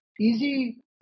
easy